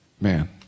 man